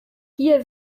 hier